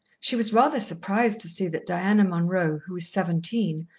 she was rather surprised to see that diana munroe, who was seventeen,